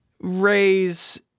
raise